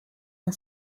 and